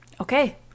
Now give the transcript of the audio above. Okay